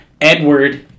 Edward